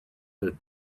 her